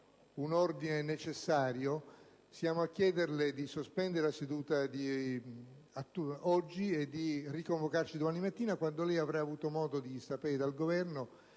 un ordine necessario, siamo a chiederle di chiudere la seduta odierna e di riconvocarci domani mattina, quando lei avrà avuto modo di sapere dal Governo